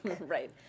Right